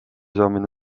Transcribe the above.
saamine